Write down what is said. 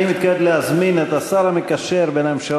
אני מתכבד להזמין את השר המקשר בין הממשלה